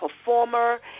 performer